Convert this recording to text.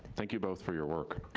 thank you both for your work.